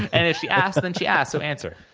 and if she asks, then, she asks, so answer,